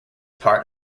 part